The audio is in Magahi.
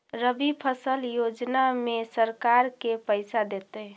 रबि फसल योजना में सरकार के पैसा देतै?